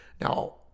Now